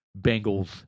Bengals